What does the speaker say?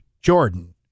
Jordan